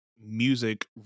music